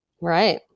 Right